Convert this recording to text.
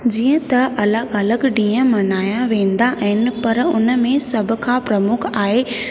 जीअं त अलॻि अलॻि ॾींहुं मनाया वेंदा आहिनि पर उन में सभ खां प्रमुख आहे